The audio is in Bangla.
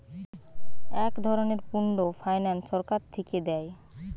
এক ধরনের পুল্ড ফাইন্যান্স সরকার থিকে দেয়